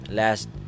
last